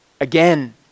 again